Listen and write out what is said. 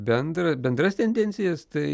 bendrą bendras tendencijas tai